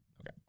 Okay